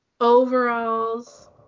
overalls